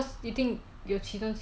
where is not a locally